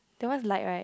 that one is light right